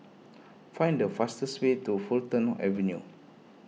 find the fastest way to Fulton Avenue